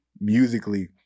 musically